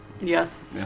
yes